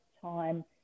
time